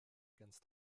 against